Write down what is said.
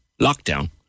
lockdown